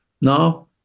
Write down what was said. now